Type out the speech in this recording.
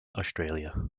australia